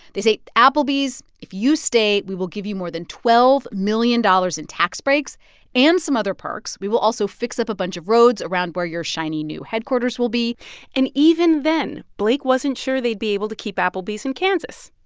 they say, applebee's, if you stay, we will give you more than twelve million dollars in tax breaks and some other perks. we will also fix up a bunch of roads around where your shiny new headquarters will be and even then, blake wasn't sure they'd be able to keep applebee's in kansas.